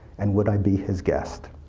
and would i be his guest?